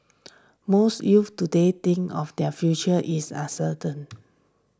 most youths today think of their future is uncertain